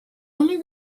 only